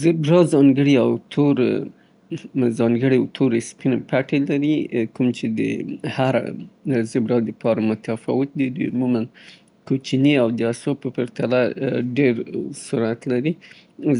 زېبرا ځانګړي او تور - ځانګړي او تورې سپينې پټې لري، کوم چې د هر زېبرا د پاره متفاوت دي. دوی عموماً کوچني او د آسونو په پرتله ډېر سرعت لري.